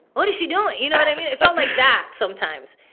what is she doing, you know what i mean? it felt like that sometimes.